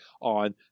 on